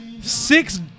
six